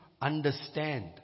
understand